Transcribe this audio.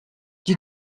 die